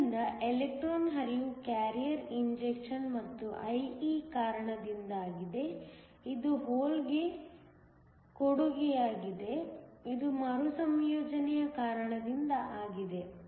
ಆದ್ದರಿಂದ ಎಲೆಕ್ಟ್ರಾನ್ ಹರಿವು carrier injection ಮತ್ತು IE ಕಾರಣದಿಂದಾಗಿದೆ ಇದು ಹೋಲ್ಗೆ ಕೊಡುಗೆಯಾಗಿದೆ ಇದು ಮರುಸಂಯೋಜನೆಯ ಕಾರಣದಿಂದಾಗಿದೆ